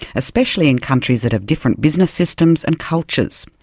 especially in countries that have different business systems and cultures.